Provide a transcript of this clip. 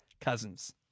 Cousins